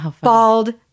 Bald